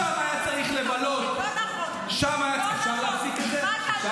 שם היה צריך לבלות --- היה דיון --- לא נכון.